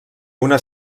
una